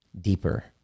deeper